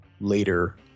later